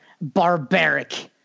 barbaric